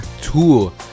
tool